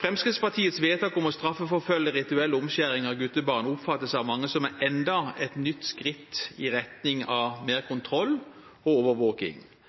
Fremskrittspartiets vedtak om å straffeforfølge rituell omskjæring av guttebarn oppfattes av mange som enda et nytt skritt i retning av mer kontroll og overvåking.